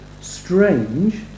strange